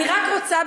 אני רק רוצה,